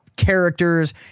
characters